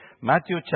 Matthew